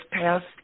passed